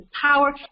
power